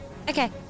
Okay